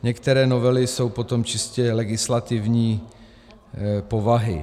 Některé novely jsou potom čistě legislativní povahy.